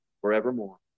Forevermore